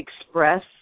express